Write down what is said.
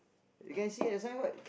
you can see the signboard